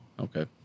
Okay